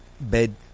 bed